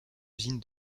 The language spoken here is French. usine